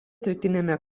rytiniame